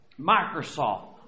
Microsoft